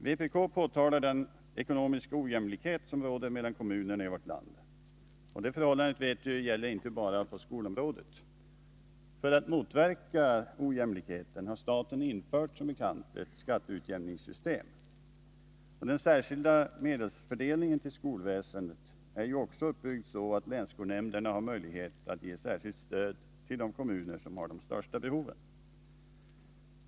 Vpk påtalar den ekonomiska ojämlikhet som råder mellan kommunerna i vårt land. Detta förhållande gäller inte bara på skolområdet. För att motverka ojämlikheten har staten som bekant infört ett skatteutjämningssystem. Den särskilda medelsfördelningen till skolväsendet är också uppbyggd så att länsskolnämnderna har möjlighet att ge särskilt stöd till de kommuner som har de största behoven.